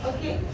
Okay